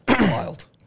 wild